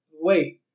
wait